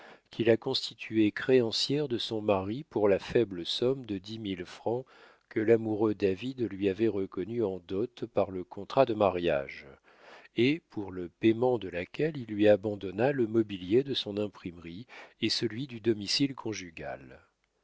qui la constituait créancière de son mari pour la faible somme de dix mille francs que l'amoureux david lui avait reconnue en dot par le contrat de mariage et pour le payement de laquelle il lui abandonna le mobilier de son imprimerie et celui du domicile conjugal